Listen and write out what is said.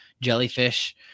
jellyfish